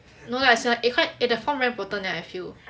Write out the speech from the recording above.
no lah as in like eh quite the form very important leh I feel